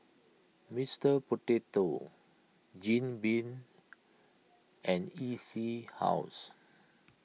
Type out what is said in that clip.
Mister Potato Jim Beam and E C House